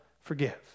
forgive